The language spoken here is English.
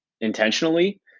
intentionally